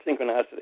synchronicity